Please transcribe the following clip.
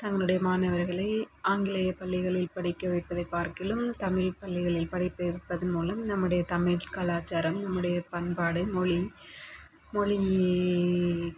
தங்களுடைய மாணவர்களை ஆங்கிலேய பள்ளிகளில் படிக்க வைப்பதைப் பார்க்கிலும் தமிழ் பள்ளிகளில் படிப்ப வைப்பது மூலம் நம்முடைய தமிழ் கலாச்சாரம் நம்முடைய பண்பாடு மொழி மொழி